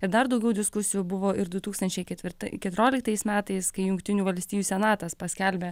ir dar daugiau diskusijų buvo ir du tūkstančiai ketvir keturioliktais metais kai jungtinių valstijų senatas paskelbė